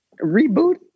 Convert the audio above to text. reboot